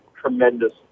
tremendous